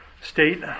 state